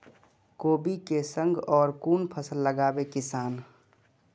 कोबी कै संग और कुन फसल लगावे किसान?